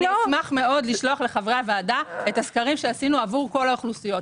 אשמח מאוד לשלוח לחברי הוועדה את הסקרים שעשינו עבור על האוכלוסיות.